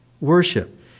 Worship